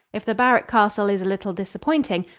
if the barrack castle is a little disappointing,